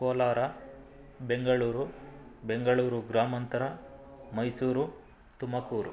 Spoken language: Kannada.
ಕೋಲಾರ ಬೆಂಗಳೂರು ಬೆಂಗಳೂರು ಗ್ರಾಮಾಂತರ ಮೈಸೂರು ತುಮಕೂರು